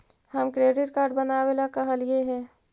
हम credit card बनावे ला कहलिऐ हे?